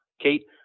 Kate